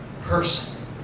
person